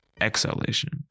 exhalation